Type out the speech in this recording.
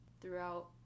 throughout